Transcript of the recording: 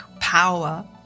power